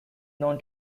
known